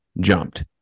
jumped